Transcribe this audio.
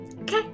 Okay